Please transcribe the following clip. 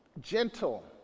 gentle